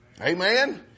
Amen